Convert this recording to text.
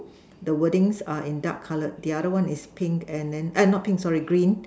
the wordings are in dark colored the other one is pink and then ah not pink sorry green